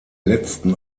letzten